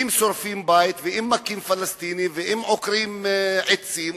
אם שורפים בית ואם מכים פלסטיני ואם שורפים עצים,